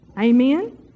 Amen